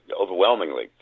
overwhelmingly